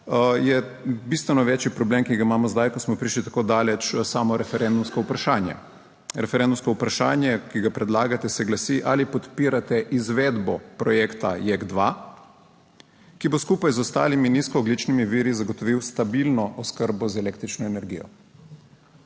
Je bistveno večji problem, ki ga imamo zdaj, ko smo prišli tako daleč, samo referendumsko vprašanje. Referendumsko vprašanje, ki ga predlagate, se glasi: "Ali podpirate izvedbo projekta JEK2, ki bo skupaj z ostalimi nizkoogljičnimi viri zagotovil stabilno oskrbo z električno energijo?"